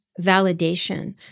validation